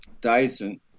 Dyson